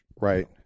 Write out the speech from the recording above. Right